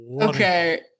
okay